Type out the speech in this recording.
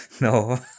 no